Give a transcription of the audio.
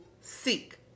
seek